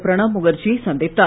பிரணாப் முகர்ஜியை சந்தித்தார்